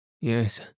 Yes